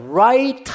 right